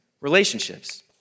relationships